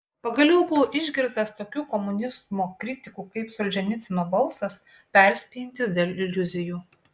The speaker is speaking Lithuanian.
pagaliau buvo išgirstas tokių komunizmo kritikų kaip solženicyno balsas perspėjantis dėl iliuzijų